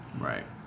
Right